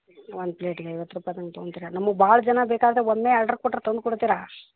ಒಂದು ಪ್ಲೇಟಿಗೆ ಐವತ್ತು ರೂಪಾಯಿ ಹಂಗೆ ತೊಗೊಂತೀರ ನಮ್ಗೆ ಭಾಳ ಜನ ಬೇಕಾದಾಗ ಒಂದೇ ಆರ್ಡ್ರ್ ಕೊಟ್ಟರೆ ತಂದು ಕೊಡ್ತೀರ